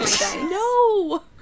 No